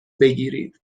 بگیرید